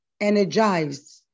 energized